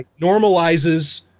normalizes